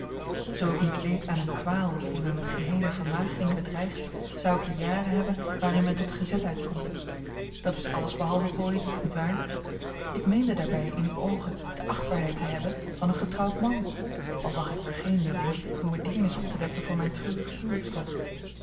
ik niet leed aan eene kwaal die mij met geheele vermagering bedreigt zou ik de jaren hebben waarin men tot gezetheid komt dat is alles behalve poëtisch niet waar ik meende daarbij in uwe oogen de achtbaarheid te hebben van een getrouwd man al zag ik er geen nut in uwe deernis op te wekken voor mijn treurig huwelijkslot